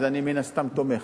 אז אני מן הסתם תומך.